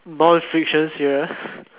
non fiction serious